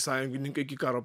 sąjungininkai iki karo